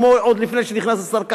כמו עוד לפני שנכנס השר כחלון?